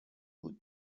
بود